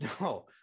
No